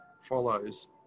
follows